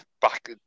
back